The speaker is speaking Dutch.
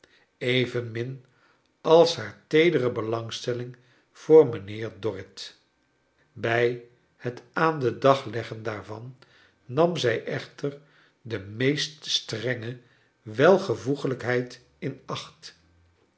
evenmin als haar teedere belangstelling voor mijnheer dorrit bij het aan den dag leggen daarvan nam zij ec liter de meest strenge welvoegelijkheid in acht